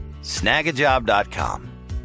snagajob.com